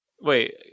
Wait